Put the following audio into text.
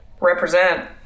Represent